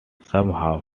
somehow